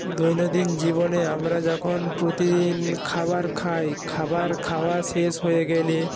দৈনন্দিন জীবনে আমরা যখন প্রতিদিন খাবার খাই খাবার খাওয়া শেষ হয়ে গেলে